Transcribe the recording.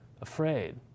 afraid